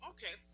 Okay